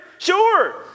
Sure